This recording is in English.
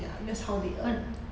ya that's how they earn